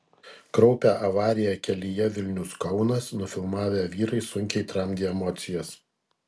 kraupią avariją kelyje vilnius kaunas nufilmavę vyrai sunkiai tramdė emocijas